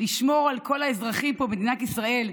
לשמור על כל האזרחים פה במדינת ישראל,